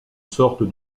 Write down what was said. sorte